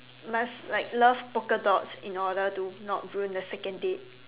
must like love polka dots in order to not ruin the second date